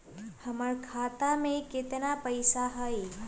हमर खाता में केतना पैसा हई?